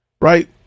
right